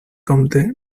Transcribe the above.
compte